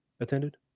attended